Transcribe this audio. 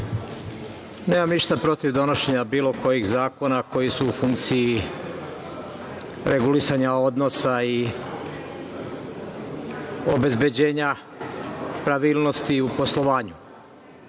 ništa protiv donošenja bilo kojih zakona koji su u funkciji regulisanja odnosa i obezbeđenja pravilnosti u poslovanju,